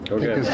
Okay